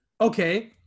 Okay